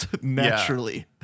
naturally